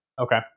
Okay